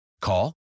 Call